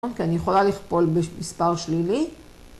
כי אני יכולה לכפול במספר שלילי.